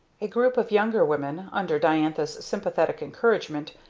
a group of younger women, under diantha's sympathetic encouragement,